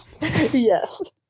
Yes